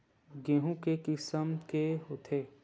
गेहूं के किसम के होथे?